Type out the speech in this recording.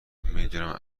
میدونم